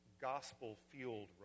gospel-fueled